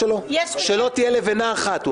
איזה צעדים של הימין עשיתם